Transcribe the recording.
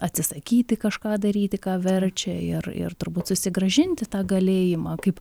atsisakyti kažką daryti ką verčia ir ir turbūt susigrąžinti tą galėjimą kaip